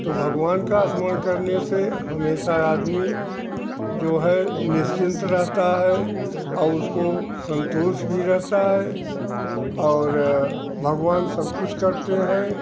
तो भगवान का स्मरण करने से हमेशा आदमी जो है निश्चित रहता है और उसको संतोष भी रहता है और भगवान सब कुछ करते है